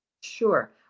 Sure